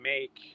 make